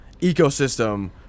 ecosystem